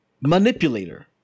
Manipulator